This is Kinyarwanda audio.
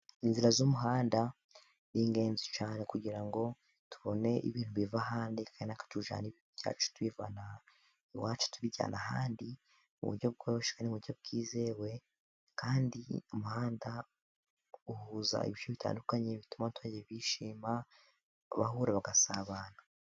Inzira z'umuhanda ni ingenzi cyane, kugira ngo tubone ibintu biva ahandi, kandi natwe ibyacu tubivana iwacu tubijyana ahandi mu buryo bworoshye kandi mu buryo bwizewe, kandi umuhanda uhuza ibice bitandukanye, bituma abaturage bishima abahura bagasabana.